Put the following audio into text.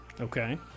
Okay